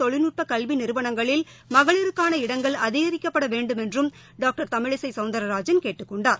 தொழில்நுட்பகல்விநிறுவனங்களில் பொறியியல் மற்றம் மகளிருக்கான இடங்கள் அதிகரிக்கப்படவேண்டுமென்றும் டாக்டர் தமிழிசைசௌந்தர்ராஜன் கேட்டுக் கொண்டார்